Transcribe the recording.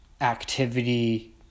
activity